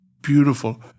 beautiful